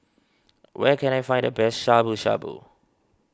where can I find the best Shabu Shabu